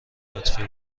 لطفی